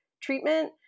treatment